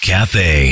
Cafe